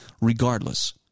Regardless